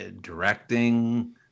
directing